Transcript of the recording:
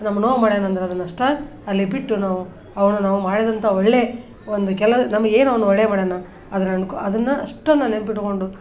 ನಮ್ಮ ನೋವು ಮಾಡ್ಯಾನಂದ್ರೆ ಅದನಷ್ಟೇ ಅಲ್ಲಿ ಬಿಟ್ಟು ನಾವು ಅವ್ನು ನಾವು ಮಾಡಿದಂಥ ಒಳ್ಳೆಯ ಒಂದು ಕೆಲ ನಮಗೆ ಏನು ಅವ್ನು ಒಳ್ಳೇದು ಮಾಡ್ಯಾನ ಅದನ್ನು ಅಷ್ಟನ್ನು ನೆನಪಿಟ್ಕೊಂಡು